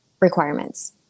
requirements